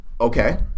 okay